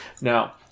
Now